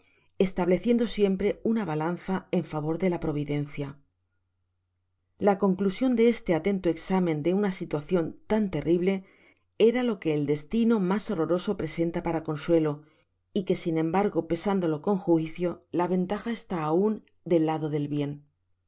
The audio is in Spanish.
estableciendo siempre una balanza en favor de la providencia la conclusion de este atento exámen de una situacion tan terrible era lo que el destino mas borreroso presenta para consuelo y que sin embargo pesándolo con juicio la ventaja está aun del jado del bien